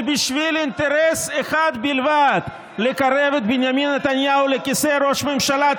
ובשביל אינטרס אחד בלבד: לקרב את בנימין נתניהו לכיסא ראש ממשלה,